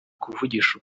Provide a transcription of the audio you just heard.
kuvugisha